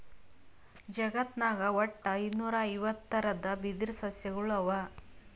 ಜಗತ್ನಾಗ್ ವಟ್ಟ್ ಐದುನೂರಾ ಐವತ್ತ್ ಥರದ್ ಬಿದಿರ್ ಸಸ್ಯಗೊಳ್ ಅವಾ